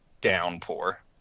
downpour